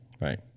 Right